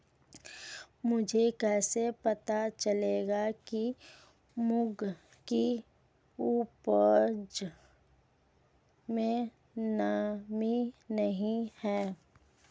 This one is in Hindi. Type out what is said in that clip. मुझे कैसे पता चलेगा कि मूंग की उपज में नमी नहीं है?